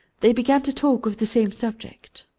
they began to talk of the same subject.